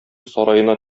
сараена